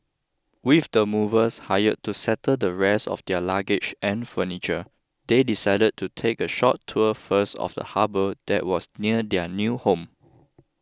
with the movers hired to settle the rest of their luggage and furniture they decided to take a short tour first of the harbour that was near their new home